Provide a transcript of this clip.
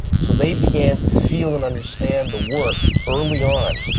so they began to feel and understand the work early on,